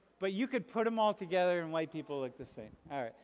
but you could put them all together and white people look the same. alright.